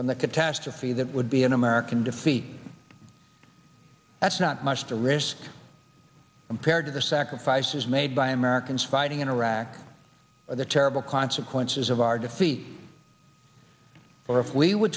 from the catastrophe that would be an american defeat that's not much to risk compared to the sacrifices made by americans fighting in iraq or the terrible consequences of our defeat or if we would